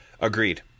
Agreed